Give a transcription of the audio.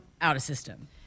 out-of-system